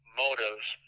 motives